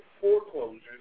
foreclosures